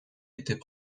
était